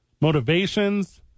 motivations